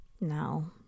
No